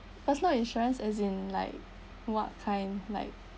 personal insurance as in like what kind like